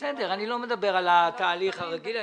בסדר, אני לא מדבר על התהליך הרגיל.